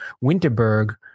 Winterberg